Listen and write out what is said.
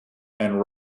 and